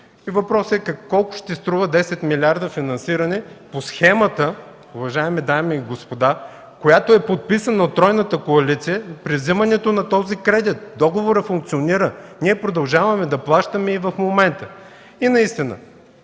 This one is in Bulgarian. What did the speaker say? въпросът е: колко ще струва 10 милиарда финансиране по схемата, уважаеми дами и господа, която е подписана от тройната коалиция при взимането на този кредит? Договорът функционира. Ние продължаваме да плащаме и в момента. И наистина.